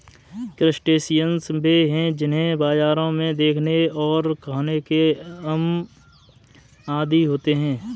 crustaceans वे हैं जिन्हें बाजारों में देखने और खाने के हम आदी होते हैं